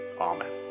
Amen